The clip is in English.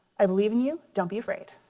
i believe in you, don't be afraid.